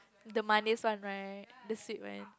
the manis one right the sweet one